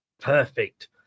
Perfect